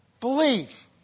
believe